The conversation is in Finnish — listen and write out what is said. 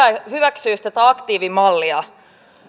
hyväksyisivät tätä aktiivimallia